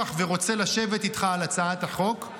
אני קורא אותך לסדר פעם ראשונה.